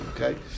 okay